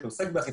כפי שאמרתי.